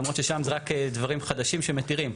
למרות ששם זה רק דברים חדשים שמתירים.